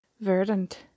Verdant